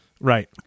Right